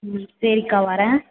ம் சரிக்கா வரேன்